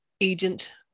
agent